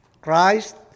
Christ